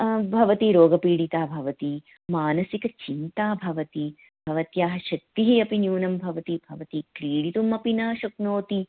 भवति रोगपीडिता भवति मानसिकचिन्ता भवति भवत्याः शक्तिः अपि न्यूनं भवति भवती क्रीडितुम् अपि न शक्नोति